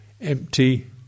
empty